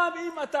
גם אם אתה